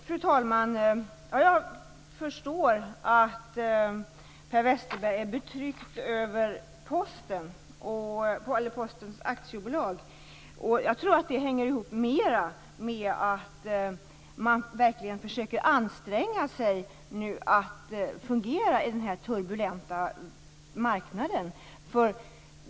Fru talman! Jag förstår att Per Westerberg är betryckt över Posten AB. Jag tror att det hänger ihop med att Posten nu försöker anstränga sig för att fungera på den turbulenta marknaden.